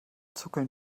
zuckeln